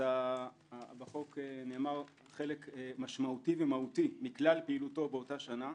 אז בחוק נאמר חלק משמעותי ומהותי מכלל פעילותו באותה שנה.